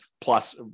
plus